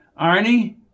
Arnie